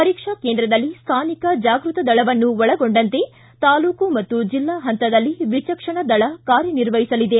ಪರೀಕ್ಷಾ ಕೇಂದ್ರದಲ್ಲಿ ಸ್ಥಾನಿಕ ಜಾಗೃತ ದಳವನ್ನು ಒಳಗೊಂಡಂತೆ ತಾಲೂಕು ಮತ್ತು ಜಿಲ್ಲಾ ಹಂತದಲ್ಲಿ ವಿಚಕ್ಷಣ ದಳ ಕಾರ್ಯನಿರ್ವಹಿಸಲಿದೆ